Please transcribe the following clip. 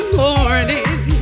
morning